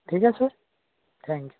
ठीक आहे sir thank you